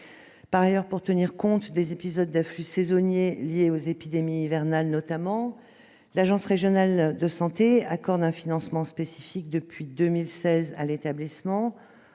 Par ailleurs, pour tenir compte des épisodes d'afflux saisonniers liés aux épidémies hivernales, l'agence régionale de santé accorde un financement spécifique depuis 2016 à l'établissement